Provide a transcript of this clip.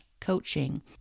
coaching